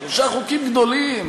שלושה חוקים גדולים,